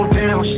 down